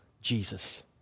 Jesus